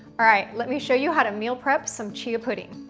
alright, let me show you how to meal prep some chia pudding.